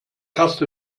cast